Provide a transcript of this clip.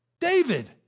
David